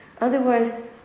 Otherwise